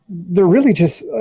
they're really just,